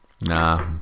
Nah